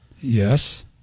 Yes